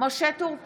משה טור פז,